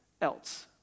else